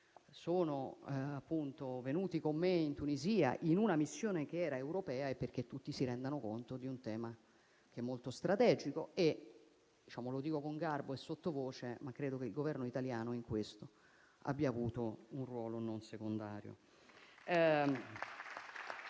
sono venuti con me in Tunisia in una missione che era europea è perché tutti si rendano conto di un tema che è molto strategico. Dico con garbo e sottovoce che, a mio avviso, il Governo italiano in questo ha avuto un ruolo non secondario.